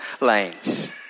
lanes